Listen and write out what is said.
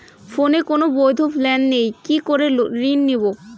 ফোনে কোন বৈধ প্ল্যান নেই কি করে ঋণ নেব?